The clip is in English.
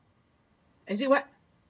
is it what